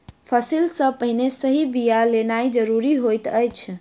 फसिल सॅ पहिने सही बिया लेनाइ ज़रूरी होइत अछि